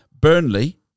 Burnley